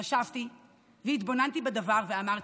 חשבתי והתבוננתי בדבר ואמרתי,